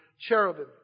cherubim